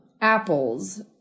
apples